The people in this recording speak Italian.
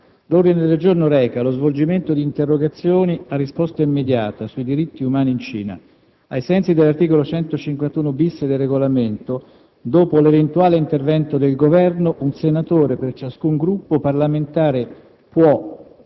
L'ordine del giorno reca lo svolgimento di interrogazioni a risposta immediata sui diritti umani in Cina. Ai sensi dell'articolo 151-*bis* del Regolamento, dopo l'eventuale intervento del Governo, un senatore per ciascun Gruppo parlamentare può,